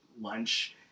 lunch